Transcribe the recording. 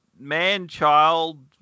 man-child